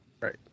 Right